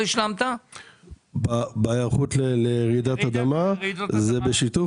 ההיערכות לרעידת אדמה היא בשיתוף